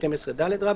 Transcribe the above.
12ד,";